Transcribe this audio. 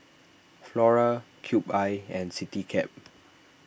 Flora Cube I and CityCab